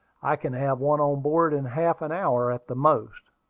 i can have one on board in half an hour at the most.